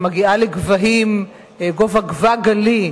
שמגיעה לגובה גבה גלי,